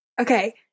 Okay